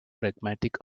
pragmatic